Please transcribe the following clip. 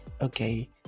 Okay